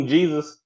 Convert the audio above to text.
Jesus